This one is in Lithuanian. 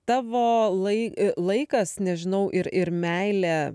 tavo lai laikas nežinau ir ir meilė